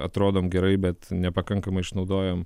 atrodom gerai bet nepakankamai išnaudojam